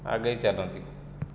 ଆଗେଇ ଚାଲନ୍ତି